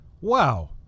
wow